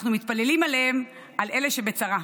אנחנו מתפללים עליהם, על אלה שבצרה.